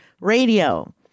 radio